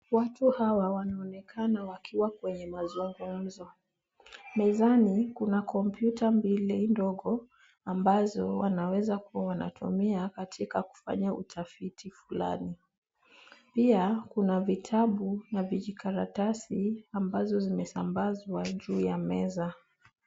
Watu hawa wanaonekana wakiwa kwenye mazungumzo. Mezani kuna kompyuta mbili ndogo ambazo wanaweza kuwa wanatumia katika kufanya utafiti fulani .Pia, kuna vitabu na vijikaratasi ambavyo vimesambazwa juu ya meza.